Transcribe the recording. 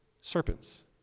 serpents